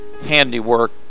handiwork